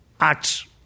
acts